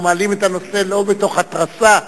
אנחנו מעלים את הנושא לא מתוך התרסה,